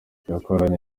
yakoranye